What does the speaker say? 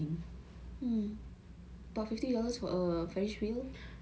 ten ten dollar vouchers that accumulate to hundred ya